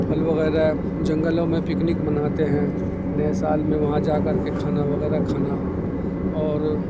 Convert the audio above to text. پھل وغیرہ جنگلوں میں پکنک مناتے ہیں نئے سال میں وہاں جا کر کے کھانا وغیرہ کھانا اور